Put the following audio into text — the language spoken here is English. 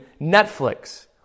Netflix